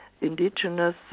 indigenous